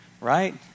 right